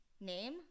Name